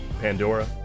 Pandora